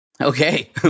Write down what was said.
Okay